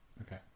okay